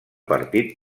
partit